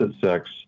sex